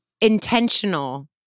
Intentional